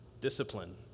discipline